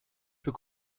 für